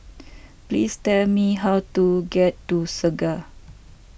please tell me how to get to Segar